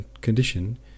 condition